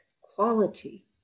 quality